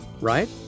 right